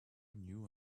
knew